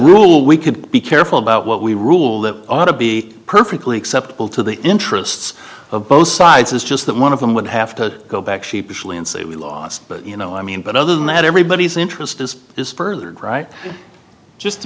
rule we could be careful about what we rule that ought to be perfectly acceptable to the interests of both sides is just that one of them would have to go back sheepishly and say we lost you know i mean but other than that everybody's interest is just furthered right just to